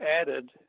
added